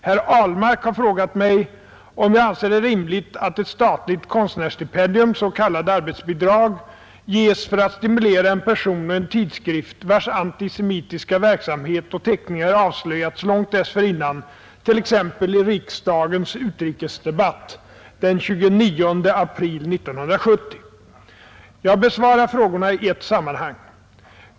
Herr Ahlmark har frågat mig om jag anser det rimligt att ett statligt konstnärsstipendium ges för att stimulera en person och en tidskrift, vars antisemitiska verksamhet och teckningar avslöjats långt dessförinnan, t.ex. i riksdagens utrikesdebatt den 29 april 1970. Jag besvarar frågorna i ett sammanhang.